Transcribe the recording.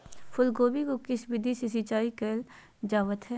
फूलगोभी को किस विधि से सिंचाई कईल जावत हैं?